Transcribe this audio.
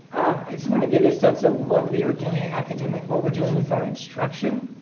i just want to give you a sense of what we are doing academically, what we are doing with our instruction,